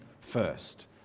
first